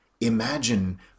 imagine